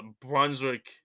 brunswick